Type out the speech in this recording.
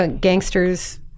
gangster's